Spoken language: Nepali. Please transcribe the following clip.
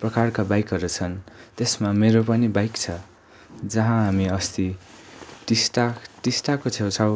प्रकारका बाइकहरू छन् त्यसमा मेरो पनि बाइक छ जहाँ हामी अस्ति टिस्टा टिस्टाको छेउछाउ